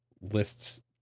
lists